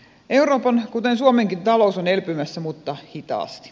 euroopan kuten suomenkin talous on elpymässä mutta hitaasti